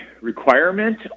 requirement